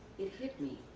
it hit me